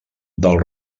del